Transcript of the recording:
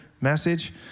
message